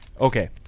Okay